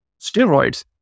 steroids